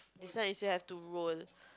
this one you still have to roll